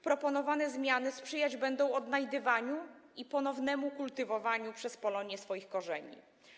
Proponowane zmiany sprzyjać będą odnajdywaniu i ponownemu kultywowaniu przez Polonię swoich korzeni.